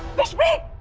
vishpreet!